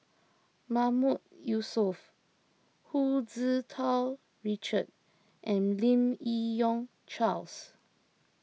Mahmood Yusof Hu Tsu Tau Richard and Lim Yi Yong Charles